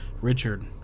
Richard